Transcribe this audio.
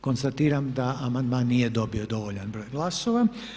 Konstatiram da amandman nije dobio dovoljan broj glasova.